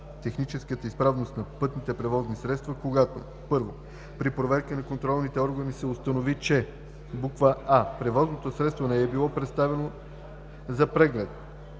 техническата изправност на пътни превозни средства, когато: 1. при проверка от контролните органи се установи, че: а) превозното средство не е било представено за преглед;